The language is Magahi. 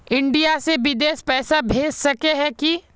इंडिया से बिदेश पैसा भेज सके है की?